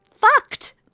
fucked